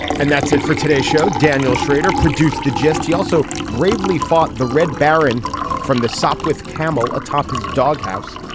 and that's it for today's show. daniel schrader produced the gist he also bravely fought the red baron from the shop with camel atop his doghouse.